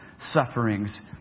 sufferings